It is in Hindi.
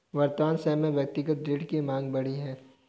वर्तमान समय में व्यक्तिगत ऋण की माँग बढ़ी है